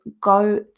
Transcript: go